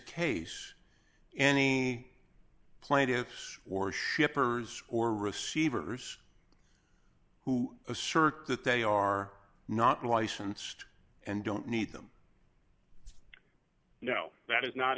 case any plaintiffs or shippers or receivers who assert that they are not licensed and don't need them you know that is not